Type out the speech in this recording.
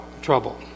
trouble